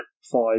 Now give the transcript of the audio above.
five